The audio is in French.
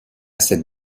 cette